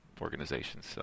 organizations